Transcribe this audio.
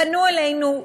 פנו אלינו,